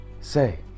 say